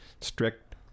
strict